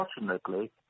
Unfortunately